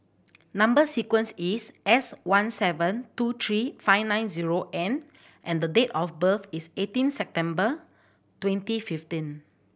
number sequence is S one seven two three five nine zero N and the date of birth is eighteen September twenty fifteen